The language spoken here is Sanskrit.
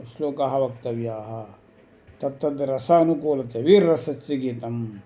श्लोकाः वक्तव्याः तत्तत् रस अनुकूलतय वीररसस्य गीतं